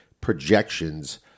projections